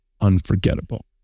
unforgettable